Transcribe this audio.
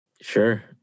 Sure